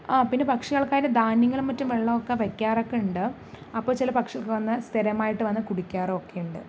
ആ പിന്നെ പക്ഷികൾക്കായിട്ട് ധാന്യങ്ങളും മറ്റും വെള്ളമൊക്കെ വെക്കാറൊക്കെയുണ്ട് അപ്പോൾ ചില പക്ഷി വന്ന് സ്ഥിരമായിട്ട് വന്ന് കുടിക്കാറൊക്കെയുണ്ട്